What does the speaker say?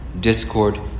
discord